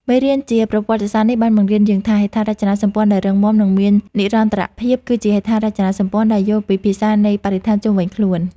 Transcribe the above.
មេរៀនជាប្រវត្តិសាស្ត្រនេះបានបង្រៀនយើងថា ហេដ្ឋារចនាសម្ព័ន្ធដែលរឹងមាំ និងមាននិរន្តរភាព គឺជាហេដ្ឋារចនាសម្ព័ន្ធដែលយល់ពីភាសានៃបរិស្ថានជុំវិញខ្លួន។